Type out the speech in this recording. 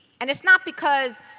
and is not because,